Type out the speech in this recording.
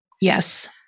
Yes